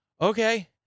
okay